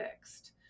fixed